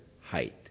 height